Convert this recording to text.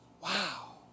Wow